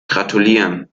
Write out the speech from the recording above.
gratulieren